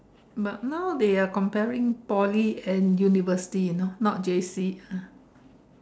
but now they are comparing Poly and university you know not J_C ah